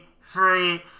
free